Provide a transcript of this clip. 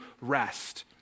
rest